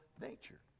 nature